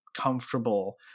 comfortable